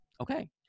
okay